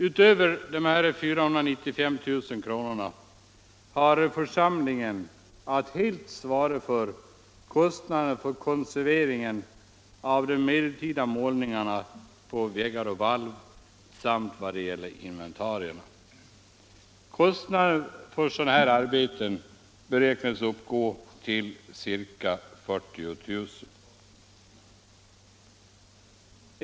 Utöver dessa 495 000 kr. har församlingen att helt svara för kostnaderna för konserveringen av medeltida målningar på väggar och valv samt vad det gäller inventarier. Kostnaderna för sådana arbeten beräknas uppgå till ca 40 000 kr.